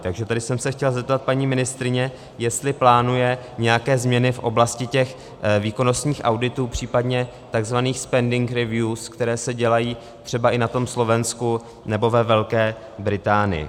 Takže tady jsem se chtěl zeptat paní ministryně, jestli plánuje nějaké změny v oblasti výkonnostních auditů, případně takzvané spending reviews, které se dělají třeba i na tom Slovensku nebo ve Velké Británii.